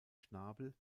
schnabel